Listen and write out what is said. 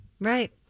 right